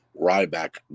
Ryback